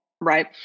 right